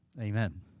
Amen